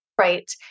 Right